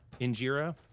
injera